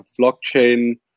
blockchain